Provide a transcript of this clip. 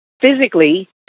physically